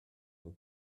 and